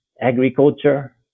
agriculture